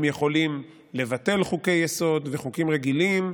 הם יכולים לבטל חוקי-יסוד וחוקים רגילים,